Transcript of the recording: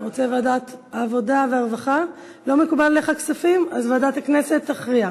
לדיון מוקדם בוועדה שתקבע ועדת הכנסת נתקבלה.